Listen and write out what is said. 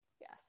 Yes